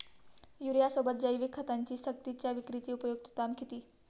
युरियासोबत जैविक खतांची सक्तीच्या विक्रीची उपयुक्तता किती?